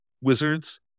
wizards